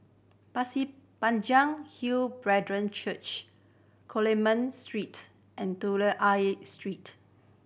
Pasir Panjang Hill Brethren Church Coleman Street and Telok Ayer Street